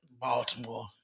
Baltimore